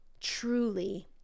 truly